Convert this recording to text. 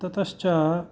ततश्च